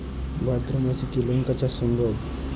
ভাদ্র মাসে কি লঙ্কা চাষ সম্ভব?